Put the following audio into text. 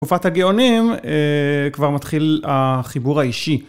תקופת הגאונים כבר מתחיל החיבור האישי.